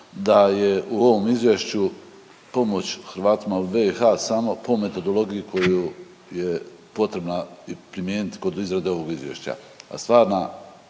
da je u ovom izvješću pomoć Hrvatima u BiH samo po metodologiji koju je potrebno i primijeniti kod izrade ovog izvješća,